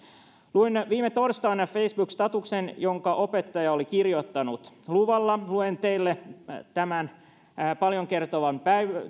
luin viime torstaina facebook statuksen jonka opettaja oli kirjoittanut luvalla luen teille tämän paljon kertovan